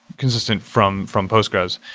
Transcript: consistent from from postgres,